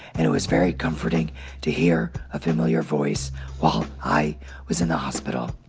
and it was very comforting to hear a familiar voice while i was in the hospital.